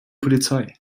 polizei